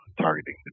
targeting